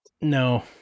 No